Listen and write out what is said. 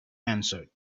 answered